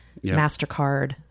mastercard